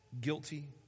guilty